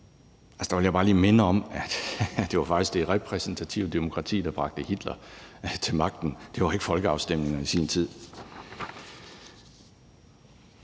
Der vil jeg bare lige minde om, at det faktisk var det repræsentative demokrati, der bragte Hitler til magten – det var ikke folkeafstemninger i sin tid.